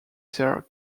their